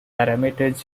parameters